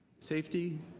safety,